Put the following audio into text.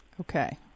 Okay